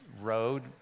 road